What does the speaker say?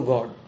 God